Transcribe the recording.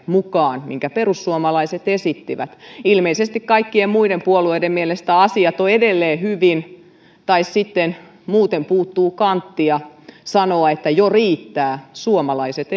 mukaan välikysymykseen minkä perussuomalaiset esittivät ilmeisesti kaikkien muiden puolueiden mielestä asiat ovat edelleen hyvin tai sitten muuten puuttuu kanttia sanoa että jo riittää suomalaiset